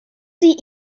sie